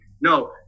no